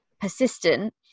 persistent